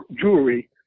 jewelry